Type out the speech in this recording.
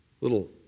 Little